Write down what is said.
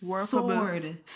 sword